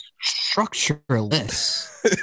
structureless